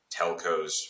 telcos